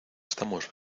estamos